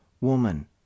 Woman